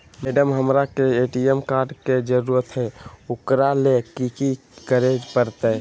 Madam, हमरा के ATM card के जरूरत है ऊकरा ले की की करे परते?